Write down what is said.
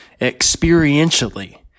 experientially